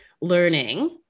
learning